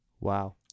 Wow